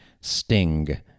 sting